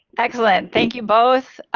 excellent, thank you both